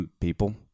people